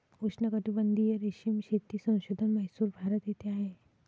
उष्णकटिबंधीय रेशीम शेती संशोधन म्हैसूर, भारत येथे आहे